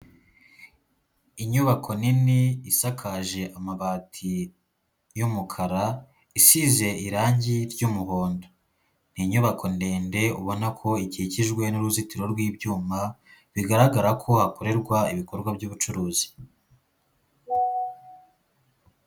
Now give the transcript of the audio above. Inyubako nini, isakaje amabati y'umukara, isize irangi ry'umuhondo. Ni inyubako ndende ubona ko ikikijwe n'uruzitiro r'ibyuma, bigaragara ko hakorerwa ibikorwa by'ubucuruzi.